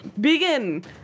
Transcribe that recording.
Begin